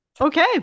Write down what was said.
okay